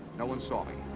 no one saw me.